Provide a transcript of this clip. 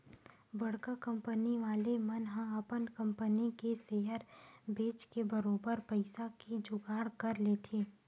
बड़का कंपनी वाले मन ह अपन कंपनी के सेयर बेंच के बरोबर पइसा के जुगाड़ कर लेथे